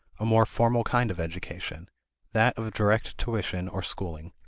a more formal kind of education that of direct tuition or schooling.